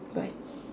bye